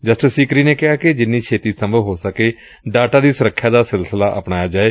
justice Sikri ਨੇ ਕਿਹਾ ਕਿ ਜਿੰਨੀ ਛੇਤੀ ਸੰਭਵ ਹੋ ਸਕੇ ਡਾਟਾ ਦੀ ਸੁਰੱਖਿਆ ਦਾ ਸਿਲਸਿਲਾ ਅਪਣਾਇਆ ਜਾਏ